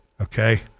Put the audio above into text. Okay